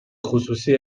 خصوصی